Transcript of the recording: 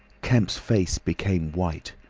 kemp's face became white.